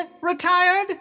retired